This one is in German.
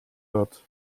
wird